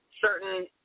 certain